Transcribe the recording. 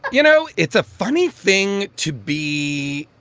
you know, it's a funny thing to be